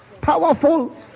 Powerful